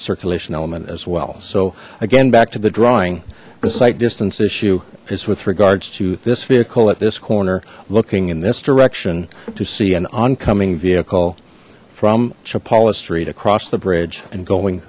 circulation element as well so again back to the drawing the sight distance issue is with regards to this vehicle at this corner looking in this direction to see an oncoming vehicle from chapala street across the bridge and going